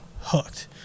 hooked